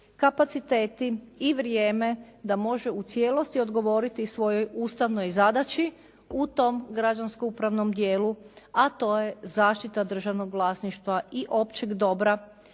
kapaciteti i vrijeme da može u cijelosti odgovoriti svojoj ustavnoj zadaći u tom građansko-upravnom dijelu, a to je zaštita državnog vlasništva i općeg dobra